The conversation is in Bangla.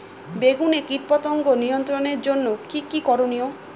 বেগুনে কীটপতঙ্গ নিয়ন্ত্রণের জন্য কি কী করনীয়?